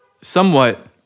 somewhat